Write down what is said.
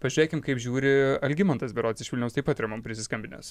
pažiūrėkim kaip žiūri algimantas berods iš vilniaus taip yra mum prisiskambinęs